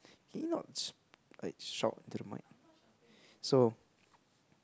can you not s~ like shout to the mic so